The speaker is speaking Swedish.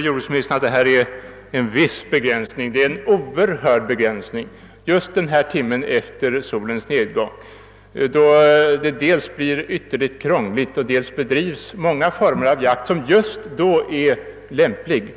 Jordbruksministern sade att detta är en viss begränsning. Det är en oerhörd begränsning! Bestämmelsen om tiden för jaktens avslutning är synnerligen opraktisk och dessutom är mång: former av jakt lämpliga just efter denna tidpunkt.